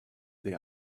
there